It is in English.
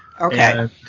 Okay